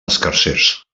escarsers